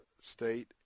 state